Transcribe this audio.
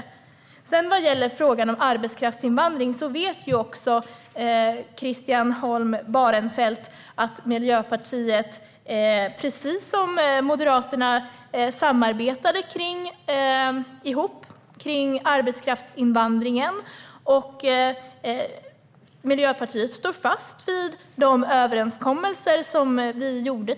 Vad gäller frågan om arbetskraftsinvandring vet också Christian Holm Barenfeld att Miljöpartiet och Moderaterna samarbetade kring detta. Miljöpartiet står fast vid de överenskommelser som vi gjorde.